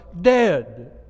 dead